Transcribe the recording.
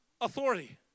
authority